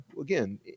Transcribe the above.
again